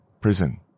prison